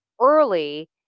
early